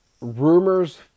Rumors